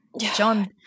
John